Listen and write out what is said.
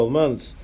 months